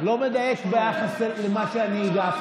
לא, לא מדייק במה שאני הגבתי.